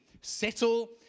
settle